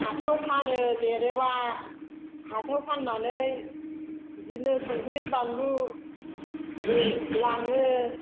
हाथायाव फानो देरोबा हाथायाव फान्नानै बिदिनो संख्रि बानलु लाङो